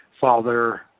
Father